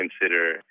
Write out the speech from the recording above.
consider